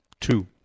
two